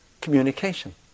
communication